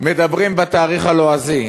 מדברים בתאריך הלועזי.